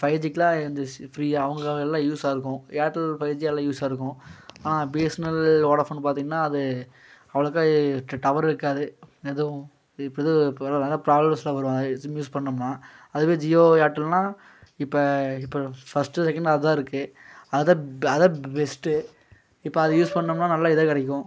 five ஜிக்குலா இருந்துச்சி ஃப்ரீயா அவங்களுக்காவ எல்லா யூஸாக இருக்கும் ஏர்டெல் ஃபை ஜி அதெலாம் யூஸாக இருக்கும் ஆனால் பிஎஸ்என்எல் வோடஃபோன் பார்த்தீங்கன்னா அது அவ்ளோக்கா டவரும் இருக்காது எதுவும் இப்படி தான் ப்ராப்ளம்ஸ்லாம் வரும் சிம் யூஸ் பண்ணிணோம்னா அதுவுவே ஜியோ ஏர்டெல்னா இப்போ இப்போ ஃபர்ஸ்ட்டு செக்கெண்டு அதுதான் இருக்குது அது தான் அதுதான் பெஸ்ட்டு இப்போ அதை யூஸ் பண்ணிணோம்னா நல்லா இதாக கிடைக்கும்